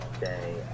Day